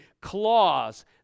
claws